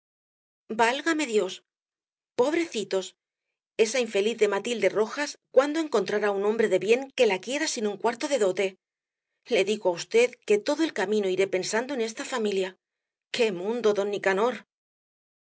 válgame dios pobrecitos esa infeliz de matilde rojas cuándo encontrará un hombre de bien que la quiera sin un cuarto de dote le digo á v que todo el camino iré pensando en esta familia qué mundo don nicanor doña